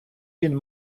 він